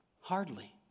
Hardly